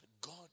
God